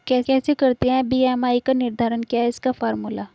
कैसे करते हैं बी.एम.आई का निर्धारण क्या है इसका फॉर्मूला?